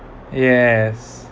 yes